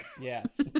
Yes